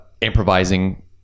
improvising